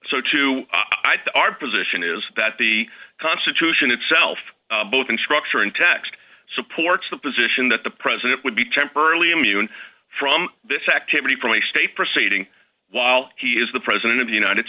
so to our position is that the constitution itself both in structure and text supports the position that the president would be temporarily immune from this activity from a state proceeding while he is the president of the united